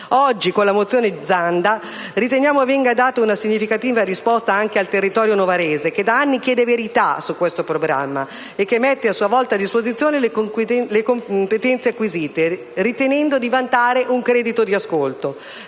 Oggi, con la mozione Zanda, riteniamo venga data una significativa risposta anche al territorio novarese, che da anni chiede verità su questo programma e che mette a sua volta a disposizione le competenze acquisite, ritenendo di vantare un credito di ascolto.